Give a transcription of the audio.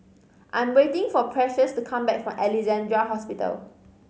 I'm waiting for Precious to come back from Alexandra Hospital